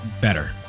better